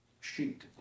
sheet